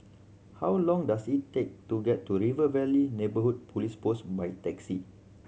how long does it take to get to River Valley Neighbourhood Police Post by taxi